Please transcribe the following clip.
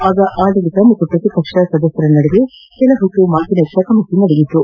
ಆಗ ಆಡಳಿತ ಮತ್ತು ಪ್ರತಿಪಕ್ಷಗಳ ಸದಸ್ಯರ ನಡುವೆ ಕೆಲಕಾಲ ಮಾತಿನ ಚಕಮಕಿ ನಡೆಯಿತು